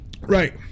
Right